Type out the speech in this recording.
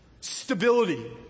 stability